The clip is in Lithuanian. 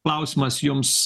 klausimas jums